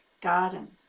garden